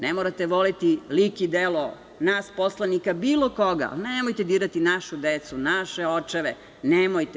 Ne morate voleti lik i delo nas poslanika bilo koga ali nemojte dirati našu decu, naše očeve, nemojte.